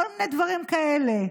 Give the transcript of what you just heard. כל מיני דברים כאלה,